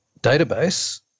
database